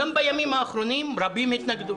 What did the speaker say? גם בימים האחרונים רבים התנגדו.